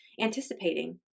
anticipating